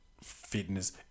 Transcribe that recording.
Fitness